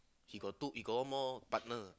he got two he got one more partner